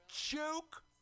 Joke